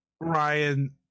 Ryan